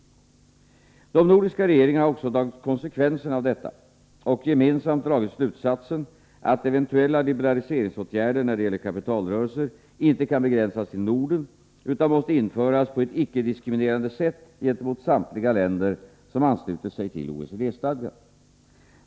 De nordiska regeringarna har också tagit konsekvenserna av detta och gemensamt dragit slutsatsen att eventuella liberaliseringsåtgärder när det gäller kapitalrörelser inte kan begränsas till Norden utan måste införas på ett icke-diskriminerande sätt gentemot samtliga länder som anslutit sig till OECD-stadgan.